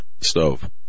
stove